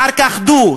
אחר כך דו,